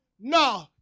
no